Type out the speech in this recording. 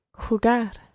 Jugar